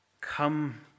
come